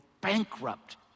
bankrupt